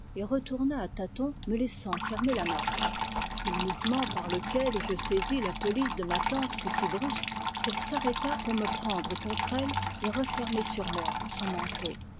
retourna à tâtons me laissant fermer la marche le mouvement par lequel je saisis la pelisse de ma tante fut si brusque qu'elle s'arrêta pour me prendre contre elle et refermer sur moi son manteau